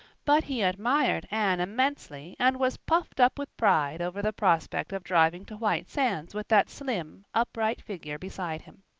but he admired anne immensely, and was puffed up with pride over the prospect of driving to white sands with that slim, upright figure beside him.